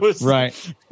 Right